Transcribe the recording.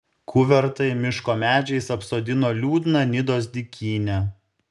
kuvertai miško medžiais apsodino liūdną nidos dykynę